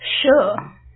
Sure